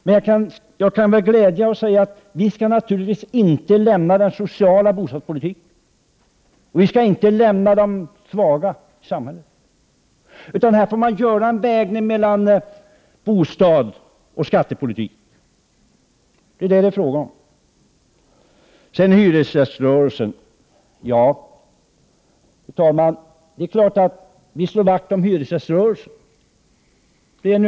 Men vi skall naturligtvis inte lämna den sociala bostadspolitiken, och vi skall inte lämna de svaga i samhället. Här får man göra en avvägning mellan bostadsoch skattepolitik. Det är vad det är fråga om. Fru talman! Det är klart att vi slår vakt om hyresgäströrelsen.